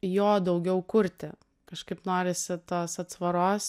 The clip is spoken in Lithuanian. jo daugiau kurti kažkaip norisi tos atsvaros